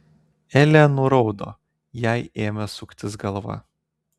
elė nuraudo jai ėmė suktis galva